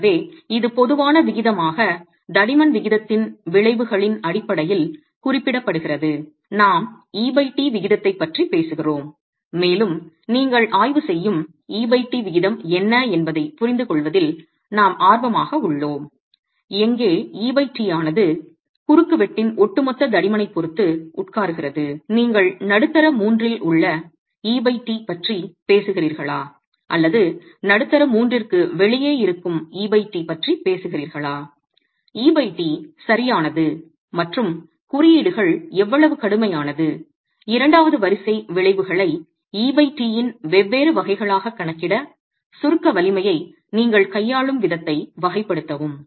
எனவே இது பொதுவாக விகிதமாக தடிமன் விகிதத்தின் விளைவுகளின் அடிப்படையில் குறிப்பிடப்படுகிறது நாம் et விகிதத்தைப் பற்றி பேசுகிறோம் மேலும் நீங்கள் ஆய்வு செய்யும் et விகிதம் என்ன என்பதைப் புரிந்துகொள்வதில் நாம் ஆர்வமாக உள்ளோம் எங்கே et ஆனது குறுக்குவெட்டின் ஒட்டுமொத்த தடிமனைப் பொறுத்து உட்காருகிறது நீங்கள் நடுத்தர மூன்றில் உள்ள et பற்றிப் பேசுகிறீர்களா அல்லது நடுத்தர மூன்றிற்கு வெளியே இருக்கும் et பற்றிப் பேசுகிறீர்களா et சரியானது மற்றும் குறியீடுகள் எவ்வளவு கடுமையானது இரண்டாவது வரிசை விளைவுகளை et இன் வெவ்வேறு வகைகளாகக் கணக்கிட சுருக்க வலிமையை நீங்கள் கையாளும் விதத்தை வகைப்படுத்தவும்